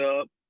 up